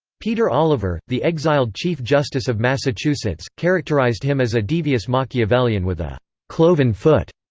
peter oliver, the exiled chief justice of massachusetts, characterized him as a devious machiavellian with a cloven foot.